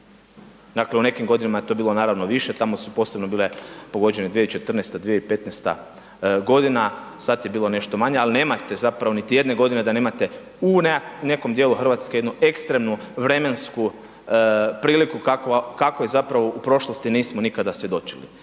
Dakle, u nekim godinama je to naravno bilo više, tamo su posebno bile pogođene 2014.- 2015. godina, sad je bilo nešto manje, ali nemate zapravo niti jedne godine da nemate u nekom djelu Hrvatske jednu ekstremnu vremensku priliku kakvoj zapravo u prošlosti nismo nikada svjedočili.